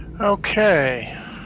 Okay